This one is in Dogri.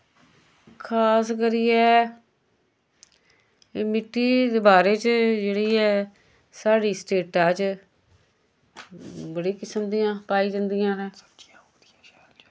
खास करियै मिट्टी दे बारे च जेह्ड़ी ऐ साढ़ी स्टेटा च बड़ी किस्म दियां पाई जंदियां नै